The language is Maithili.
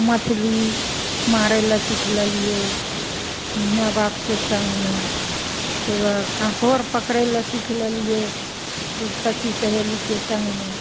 मछली मारै लए सीख लेलियै माए बापके संगमे हे कांकोर पकरै लए सीख लेलियै सखी सहेलीके सङ्गमे